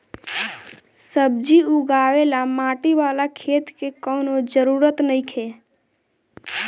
सब्जी उगावे ला माटी वाला खेत के कवनो जरूरत नइखे